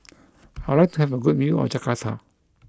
I would like to have a good view of Jakarta